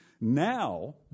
Now